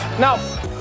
Now